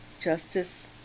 justice